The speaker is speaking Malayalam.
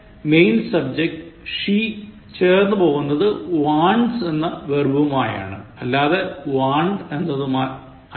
ഇവിടെ മെയിൻ സബ്ജെക്റ്റ് "she" ചേർന്നു പോകുന്നത് "wants" എന്നാ വെർബുമായാണ് അല്ലാതെ want എന്നതുമായല്ല